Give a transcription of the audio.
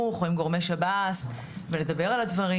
או עם גורמי שב"ס ולדבר על הדברים.